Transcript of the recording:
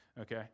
Okay